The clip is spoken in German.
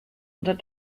unter